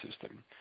system